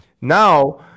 Now